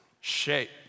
Shape